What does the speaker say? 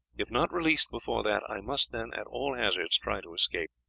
if not released before that, i must then, at all hazards, try to escape,